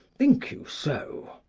think you so?